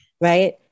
right